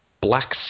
Black